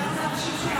מהדוכן ואנשים,